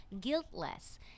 guiltless